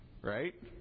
Right